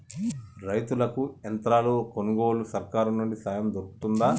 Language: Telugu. రైతులకి యంత్రాలు కొనుగోలుకు సర్కారు నుండి సాయం దొరుకుతదా?